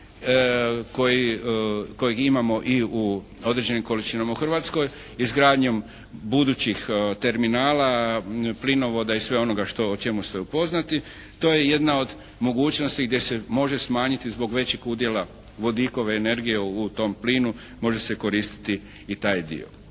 kojeg imamo i u određenim količinama u Hrvatskoj, izgradnjom budućih terminala, plinovoda i sve onoga što, o čemu ste upoznati. To je jedna od mogućnosti gdje se može smanjiti zbog većeg udjela vodikove energije u tom plinu. Može se koristiti i taj dio.